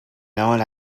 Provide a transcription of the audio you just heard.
known